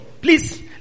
Please